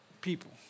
people